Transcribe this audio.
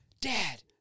dad